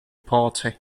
party